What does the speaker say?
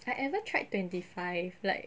I ever tried twenty five like